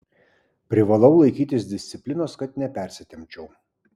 privalau laikytis disciplinos kad nepersitempčiau